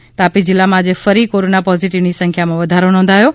તો તાપી જિલ્લામાં આજે ફરી કોરોના પોઝીટીવની સંખ્યામાં વધારો નોંધાયો છે